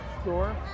store